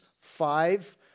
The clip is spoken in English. five